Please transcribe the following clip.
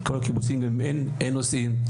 אין נוסעים.